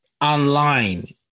Online